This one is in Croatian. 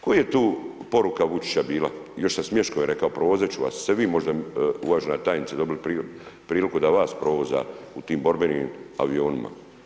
Koji je tu poruka Vučića bila i još sa smiješkom je rekao, provozat ću vas, ste vi možda uvažana tajnice dobili priliku da vas provoza u tim borbenim avionima.